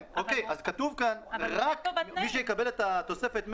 כתוב כאן שמי שיקבל את התוספת של